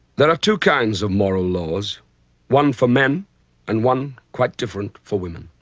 there are two kinds of moral laws one for men and one, quite different, for women.